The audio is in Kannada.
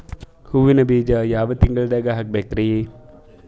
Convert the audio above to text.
ಹೂವಿನ ಬೀಜ ಯಾವ ತಿಂಗಳ್ದಾಗ್ ಹಾಕ್ಬೇಕರಿ?